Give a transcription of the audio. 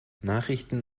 nachrichten